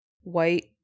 White